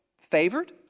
favored